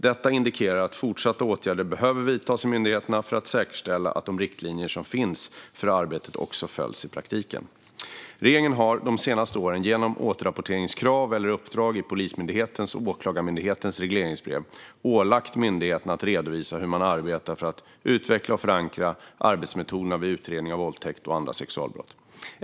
Detta indikerar att fortsatta åtgärder behöver vidtas i myndigheterna för att säkerställa att de riktlinjer som finns för arbetet också följs i praktiken. Regeringen har de senaste åren genom återrapporteringskrav eller uppdrag i Polismyndighetens och Åklagarmyndighetens regleringsbrev ålagt myndigheterna att redovisa hur man arbetar för att utveckla och förankra arbetsmetoderna vid utredning av våldtäkt och andra sexualbrott.